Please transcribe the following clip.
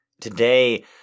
Today